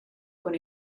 con